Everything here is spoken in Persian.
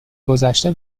گذشته